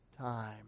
time